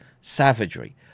savagery